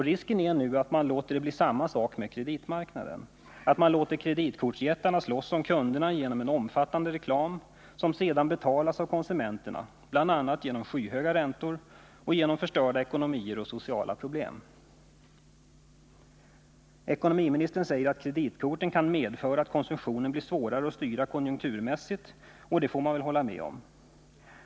Risken är ju att man handlar på samma sätt när det gäller kreditmarknaden, att man låter kreditkortsjättarna slåss om kunderna genom en omfattande reklam som sedan betalas av kunderna själva, bl.a. genom skyhöga räntor och förstörd ekonomi med sociala problem som följd. Ekonomiministern säger att systemet med kreditkorten kan medföra att konsumtionen blir svårare att styra konjunkturmässigt, och det får man väl hålla med om.